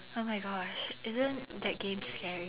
oh my gosh isn't that game scary